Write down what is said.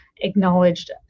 acknowledged